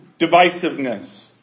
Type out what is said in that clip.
Divisiveness